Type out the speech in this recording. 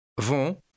Vont